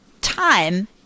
time